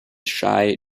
shai